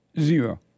Zero